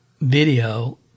video